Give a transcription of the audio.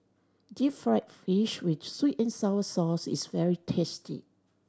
deep fried fish with sweet and sour sauce is very tasty